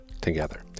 together